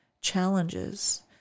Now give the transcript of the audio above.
challenges